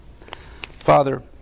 Father